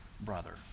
brother